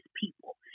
people